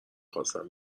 خواستم